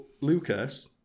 Lucas